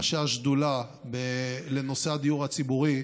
ראשי השדולה לנושא הדיור הציבורי.